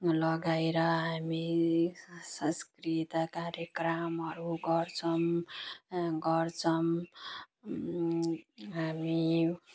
लगाएर हामी सांस्कृतिक कार्यक्रमहरू गर्छौँ गर्छौँ हामी